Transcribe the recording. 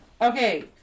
Okay